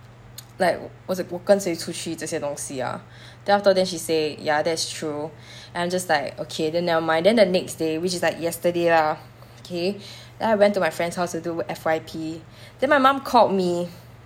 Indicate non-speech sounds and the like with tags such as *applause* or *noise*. *noise* like 我是我跟谁出去这些东西 ah then afterwards then she say ya that's true and I'm just like okay then never mind then the next day which is like yesterday lah okay then I went to my friend's house to do F_Y_P then my mum called me